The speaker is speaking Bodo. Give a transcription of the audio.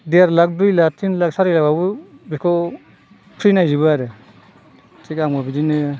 देर लाख दुइ लाख तिन लाख सारि लाखावबो बेखौ फ्रि नायजोबो आरो थिग आंबो बिदिनो